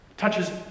touches